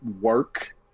work